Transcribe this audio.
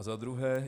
Za druhé.